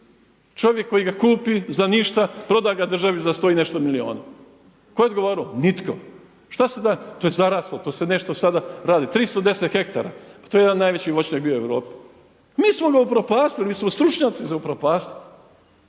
čovjek koji ga kupi za ništa, proda ga državi za 100 i nešto milijuna, tako je odgovarao? Nitko. Šta se da. To je zaraslo, to se nešto sada radi, 310 hektara. Pa to je jedan najveći voćnjak bio u Europi. Mi smo ga upropastili, mi smo stručnjaci za upropastiti.